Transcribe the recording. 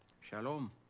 Shalom